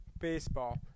baseball